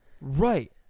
Right